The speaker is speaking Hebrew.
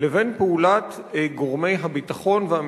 תודה רבה.